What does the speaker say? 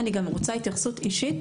אני גם רוצה התייחסות אישית